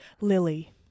Lily